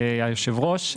היושב ראש,